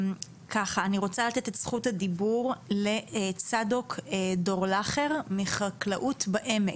אני רוצה לתת את זכות הדיבור לצדוק דורלכר מחקלאות בעמק.